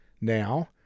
now